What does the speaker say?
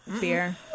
beer